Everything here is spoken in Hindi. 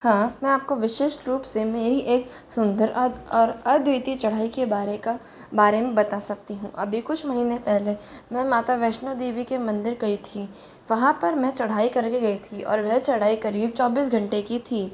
हाँ मैं आपको विशेष रूप से मेरी एक सुंदर और और अद्वित्य चढ़ाई के बारे का बारे में बता सकती हूँ अभी कुछ महीने पहले मैं माता वैष्णो देवी के मंदिर गयी थी वहाँ पर मैं चढ़ाई कर के गयी थी और वह चढ़ाई करीब चौबीस घंटे की थी